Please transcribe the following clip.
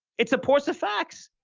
it supports the facts.